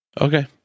Okay